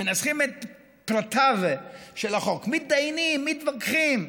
מנסחים את פרטיו של החוק, מתדיינים, מתווכחים,